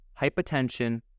hypotension